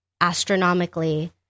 astronomically